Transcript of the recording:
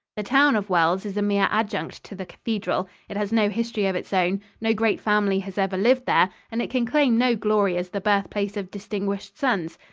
the town of wells is a mere adjunct to the cathedral. it has no history of its own no great family has ever lived there and it can claim no glory as the birthplace of distinguished sons.